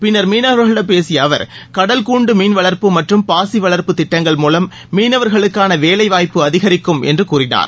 பின்னர் மீனவர்களிடம் பேசிய அவர் கடல் கூண்டு மீன்வளர்ப்பு மற்றும் பாசி வளர்ப்பு திட்டங்கள் மூவம் மீனவர்களுக்கான வேலை வாய்ப்பு அதிகரிக்கும் என்று கூறினார்